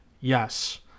Yes